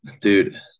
dude